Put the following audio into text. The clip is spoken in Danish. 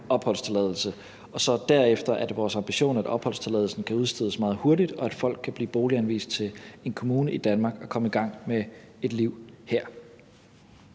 Og så derefter er det vores ambition, at opholdstilladelsen kan udstedes meget hurtigt, og at folk kan blive bolighenvist til en kommune i Danmark og komme i gang med et liv her.